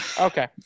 Okay